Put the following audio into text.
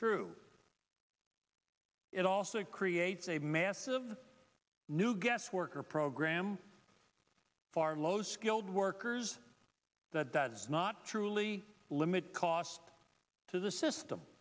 true it also creates a massive new guest worker program for low skilled workers that does not truly limit cost to the system